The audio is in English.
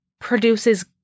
produces